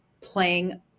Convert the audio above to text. playing